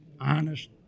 honest